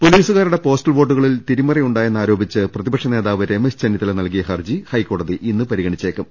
പൊലീസുകാരുടെ പോസ്റ്റൽ വോട്ടുകളിൽ തിരുമറിയുണ്ടായെന്ന് ആരോപിച്ച് പ്രതിപക്ഷ നേതാവ് രമേശ് ചെന്നിത്തല നൽകിയ ഹർജി ഹൈക്കോടതി ഇന്ന് പരിഗണിച്ചേക്കും